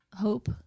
hope